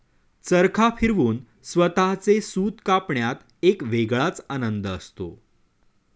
चरखा फिरवून स्वतःचे सूत कापण्यात एक वेगळाच आनंद असतो